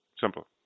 Simple